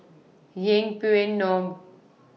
Yeng Pway Ngon